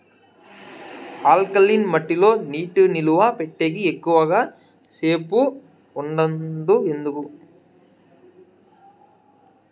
alkaline మట్టి లో నీటి నిలువ పెట్టేకి ఎక్కువగా సేపు ఉండదు ఎందుకు